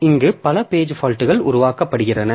எனவே இங்கு பல பேஜ் பால்ட்கள் உருவாக்கப்படும்